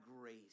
grace